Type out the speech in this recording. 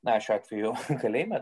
na šiuo atveju kalėjime